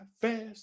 fast